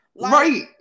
right